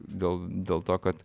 dėl dėl to kad